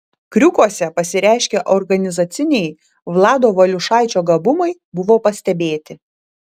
kriukuose pasireiškę organizaciniai vlado valiušaičio gabumai buvo pastebėti